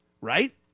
right